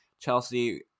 Chelsea